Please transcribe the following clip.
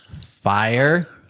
fire